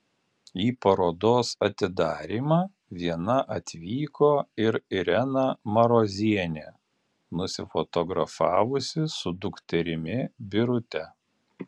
į parodos atidarymą viena atvyko ir irena marozienė nusifotografavusi su dukterimi birute